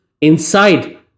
inside